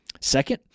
Second